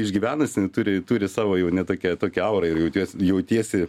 išgyvenus jinai turi turi savo jau net tokią tokią aurą ir jauties jautiesi